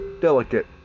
delicate